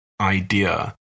idea